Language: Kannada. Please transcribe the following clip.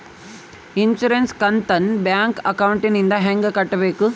ಇನ್ಸುರೆನ್ಸ್ ಕಂತನ್ನ ಬ್ಯಾಂಕ್ ಅಕೌಂಟಿಂದ ಹೆಂಗ ಕಟ್ಟಬೇಕು?